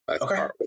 Okay